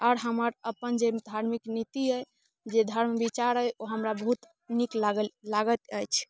आओर हमर अपन जे धार्मिक नीति अइ जे धर्म विचार अइ ओ हमरा बहुत नीक नीक लागल लागैत अछि